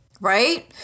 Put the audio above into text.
right